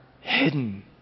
hidden